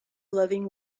loving